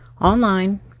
online